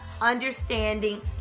understanding